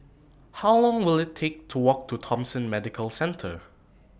How Long Will IT Take to Walk to Thomson Medical Centre